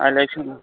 अहिले एकछिनमा